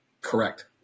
Correct